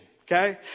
okay